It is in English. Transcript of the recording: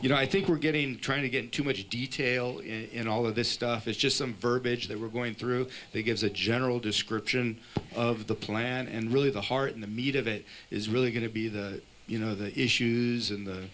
you know i think we're getting trying to get too much detail in all of this stuff is just some verbiage they were going through they gives a general description of the plan and really the heart and the meat of it is really going to be the you know the issues and the